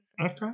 Okay